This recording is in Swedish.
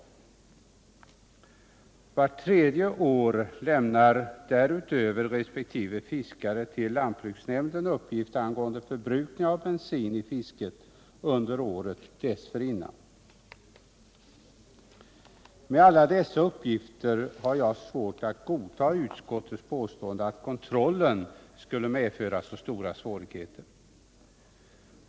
Vart tredje år lämnar därutöver resp. fiskare till lantbruksnämnden uppgift angående förbrukning av bensin i fisket under året dessförinnan. Mot bakgrund av alla dessa uppgifter har jag svårt att godta utskottets påstående att kontrollen skulle medföra så stora svårigheter.